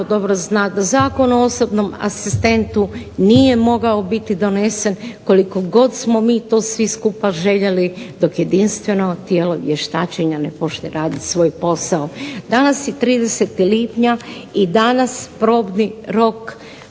dobro zna da Zakon o osobnom asistentu nije mogao biti donesen koliko god smo mi to svi skupa željeli dok jedinstveno tijelo vještačenja ne počne radit svoj posao. Danas je 30. lipnja i danas probni rok